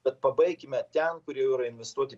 bet pabaikime ten kur jau yra investuoti